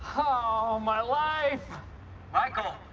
oh. my life michael,